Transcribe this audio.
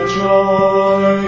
joy